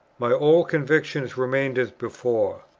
my old convictions remained as before.